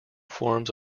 forms